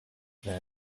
know